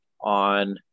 on